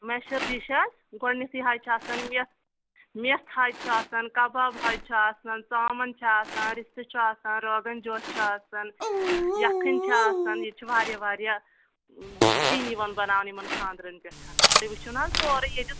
مٮ۪شَدِشا گۄڈنٮ۪تھٕے حظ چھِ آسان یَتھ میٚتھ حظ چھِ آسان کَباب حظ چھِ آسان ژامَن چھِ آسان رِستہٕ چھِ آسان روگَنجوش چھِ آسان یَکھٕنۍ چھِ آسان ییٚتہِ چھِ واریاہ واریاہ سِنۍ یِوان بَناونہٕ یِمَن خاندرَن پٮ۪ٹھ تُہۍ وٕچھِو نہ حظ سورُے ییٚتہِ